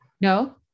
no